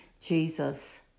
Jesus